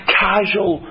casual